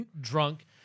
drunk